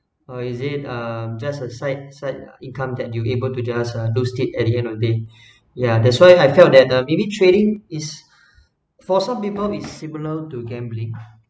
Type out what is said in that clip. or is it uh just a side side income that you able to just uh lose it at the end of day ya that's why I felt uh maybe trading is for some people it's similar to gambling